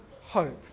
hope